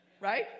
right